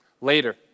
later